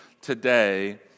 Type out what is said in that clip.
today